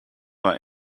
war